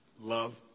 Love